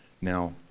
Now